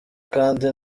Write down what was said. kandi